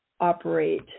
operate